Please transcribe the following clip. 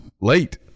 late